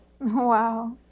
Wow